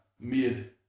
mid